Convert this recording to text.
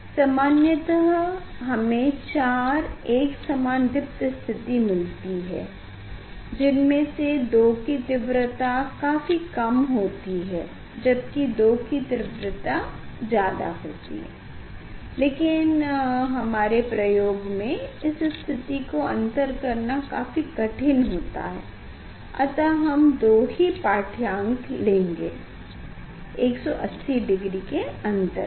सामान्यतः हमें 4 एकसमान दीप्त स्थिति मिलती है जिनमें से 2 की तीव्रता काफी कम होती है जबकि 2 की तीव्रता ज्यादा होती है लेकिन हमारे प्रयोग में इस स्थिति को अन्तर करना काफी कठीन होता है अतः हम 2 ही पाढ्यांक लेंगे 180 डिग्री के अन्तर पर